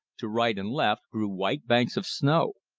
to right and left grew white banks of snow.